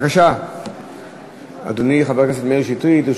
בבקשה, אדוני חבר הכנסת מאיר שטרית.